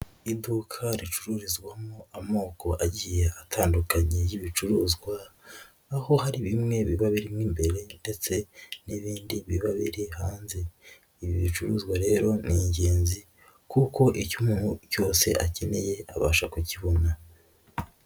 Iduka ricururizwamo amoko agiye atandukanye y'ibicuruzwa, aho hari bimwe biba birimo imbere ndetse n'ibindi biba biri hanze. Ibi bicuruzwa rero ni ingenzi kuko icyo umuntu cyose akeneye abasha kukibona.